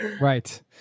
right